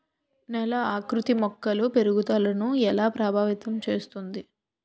నేల ఆకృతి మొక్కల పెరుగుదలను ఎలా ప్రభావితం చేస్తుంది?